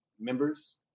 members